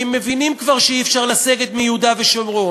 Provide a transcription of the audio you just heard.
כי מבינים כבר שאי-אפשר לסגת מיהודה ושומרון,